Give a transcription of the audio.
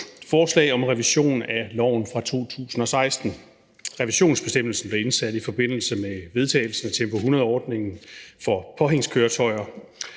et forslag om revision af loven fra 2016. Revisionsbestemmelsen blev indsat i forbindelse med vedtagelsen af Tempo 100-ordningen for påhængskøretøjer.